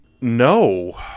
no